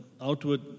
outward